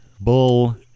bull